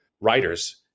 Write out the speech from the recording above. writers